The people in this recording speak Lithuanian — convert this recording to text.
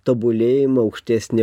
tobulėjimą aukštesnio